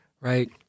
right